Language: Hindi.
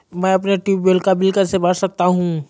मैं अपने ट्यूबवेल का बिल कैसे भर सकता हूँ?